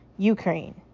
Ukraine